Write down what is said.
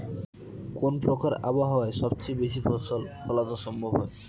কোন প্রকার আবহাওয়ায় সবচেয়ে বেশি ফসল ফলানো সম্ভব হয়?